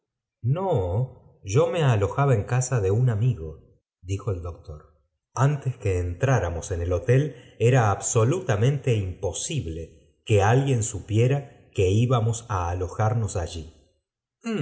no yo me alojaba en casa de un amigo dijo doctor antes que entráramos m hotel ora absolutamente imposible que alguien supiera que tífbamoe á alojarnos allí